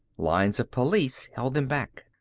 lines of police held them back.